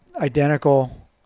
identical